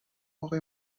آقای